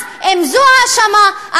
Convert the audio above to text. אז אם זו ההאשמה,